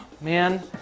Man